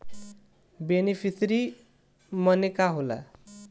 Beneficiary मने का होला?